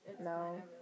No